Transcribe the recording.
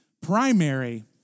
primary